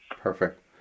Perfect